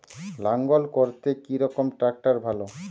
লাঙ্গল করতে কি রকম ট্রাকটার ভালো?